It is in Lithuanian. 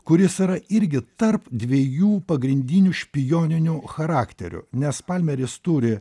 kuris yra irgi tarp dviejų pagrindinių špijoninių charakterių nes palmeris turi